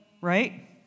Right